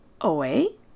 away